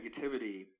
negativity